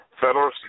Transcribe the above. Federal